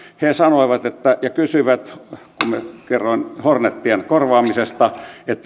he sanoivat ja kysyivät kun minä kerroin hornetien korvaamisesta